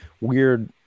weird